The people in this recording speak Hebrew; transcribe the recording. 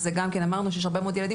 אז גם כן אמרנו שיש הרבה מאוד ילדים